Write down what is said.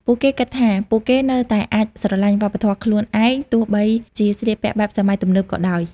ពួកគេគិតថាពួកគេនៅតែអាចស្រលាញ់វប្បធម៌ខ្លួនឯង ទោះបីជាស្លៀកពាក់បែបសម័យទំនើបក៏ដោយ។